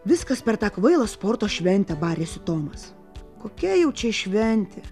viskas per tą kvailą sporto šventę barėsi tomas kokia jau čia šventė